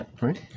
right